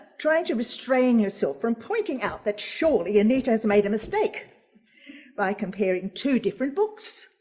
trying to restrain yourself from pointing out that surely anita has made a mistake by comparing two different books.